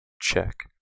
check